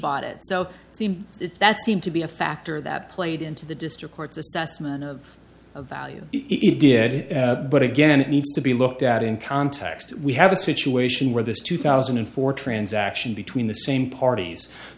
bought it so that seemed to be a factor that played into the district court's assessment of the value it did but again it needs to be looked at in context we have a situation where this two thousand and four transaction between the same parties